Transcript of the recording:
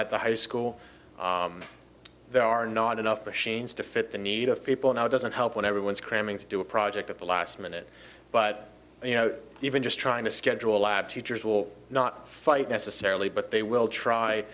at the high school there are not enough machines to fit the needs of people now doesn't help when everyone's cramming to do a project at the last minute but you know even just trying to schedule a lab teachers will not fight necessarily but they will try